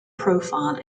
profile